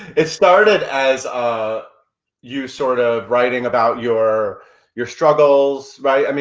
it started as ah you sort of writing about your your struggles, right? i mean